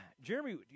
Jeremy